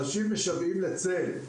אנשים משוועים לצל,